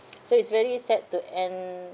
so it's very sad to end